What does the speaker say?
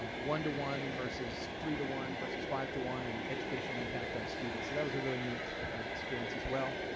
one to one versus three to one versus five to one and educational impact on students so that was a really neat experience as well.